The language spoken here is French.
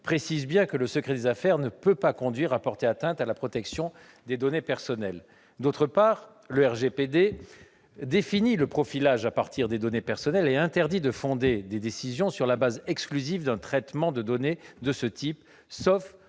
précise bien que le secret des affaires ne peut pas conduire à porter atteinte à la protection des données personnelles. D'autre part, le RGPD définit le profilage à partir des données personnelles et interdit de fonder des décisions sur la base exclusive d'un traitement de données de ce type, sauf